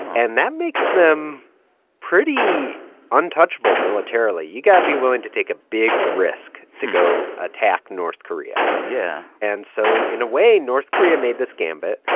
and that makes them pretty untouchable militarily. you got to be willing to take a big risk to go attack north korea yeah and so in a way, north korea made this gambit.